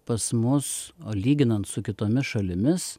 pas mus o lyginant su kitomis šalimis